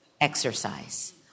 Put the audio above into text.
exercise